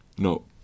No